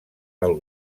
del